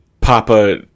Papa